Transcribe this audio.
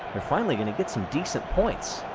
they're finally going to get some decent points.